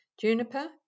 Juniper